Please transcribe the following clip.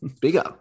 Bigger